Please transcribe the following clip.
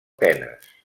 tenes